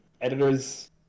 editors